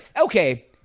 okay